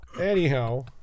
Anyhow